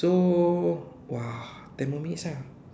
so !wah! ten more minutes ah